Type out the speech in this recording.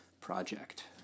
project